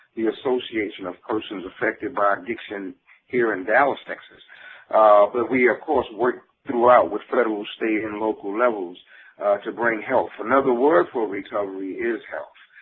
the association of persons affected by addiction here in dallas, texas. but we of course work throughout with federal, state, and local levels to bring heath. another word for recovery is health,